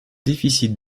déficit